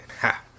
Ha